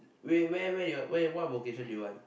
wait where where your where what vocation do you want